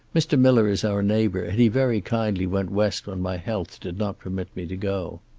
mr. miller is our neighbor, and he very kindly went west when my health did not permit me to go.